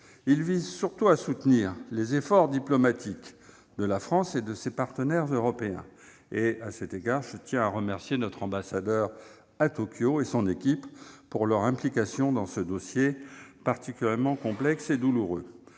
vise surtout à soutenir les efforts diplomatiques déployés par la France et ses partenaires européens. À cet égard, je tiens à remercier notre ambassadeur à Tokyo et son équipe de leur implication dans ce dossier particulièrement complexe et douloureux.